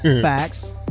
Facts